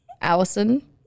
allison